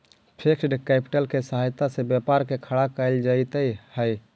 fixed capital के सहायता से व्यापार के खड़ा कईल जइत हई